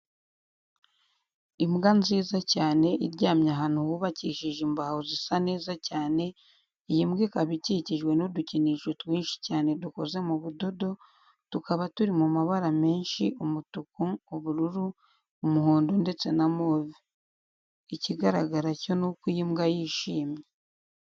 Imbwa nziza cyane, iryamye ahantu hubakishije imbaho zisa neza cyane, iyi mbwa ikaba ikikijwe n'udukinisho twinshi cyane dukoze mu budodo, tukaba turi mu mabara menshi, umutuku, ubururu, umuhondo ndetse na move. Ikigaragara cyo nuko iyi mbwa, yishimye.